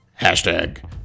hashtag